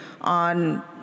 on